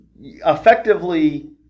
effectively